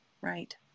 right